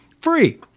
free